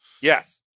Yes